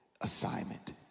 assignment